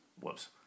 Whoops